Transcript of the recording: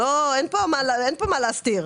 אין פה מה להסתיר.